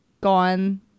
gone